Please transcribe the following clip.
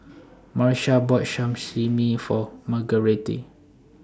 Marsha bought Sashimi For Margarete